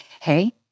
hey